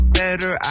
better